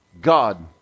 God